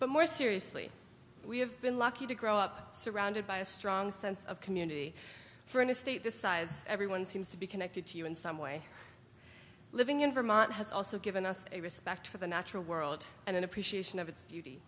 but more seriously we have been lucky to grow up surrounded by a strong sense of community for an estate the size everyone seems to be connected to you in some way living in vermont has also given us a respect for the natural world and an appreciation of